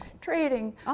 trading